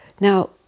Now